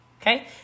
Okay